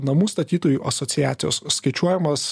namų statytojų asociacijos skaičiuojamas